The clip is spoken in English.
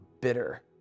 bitter